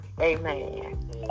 amen